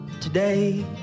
today